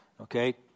okay